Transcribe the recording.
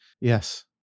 Yes